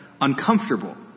uncomfortable